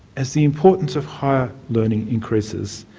as the importance of higher learning increases,